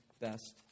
Best